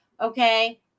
okay